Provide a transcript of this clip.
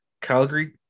Calgary